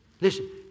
Listen